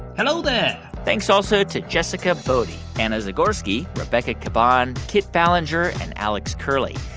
hello there thanks also to jessica boddy, anna zagorski, rebecca caban, kit ballenger and alex curley.